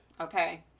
Okay